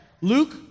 Luke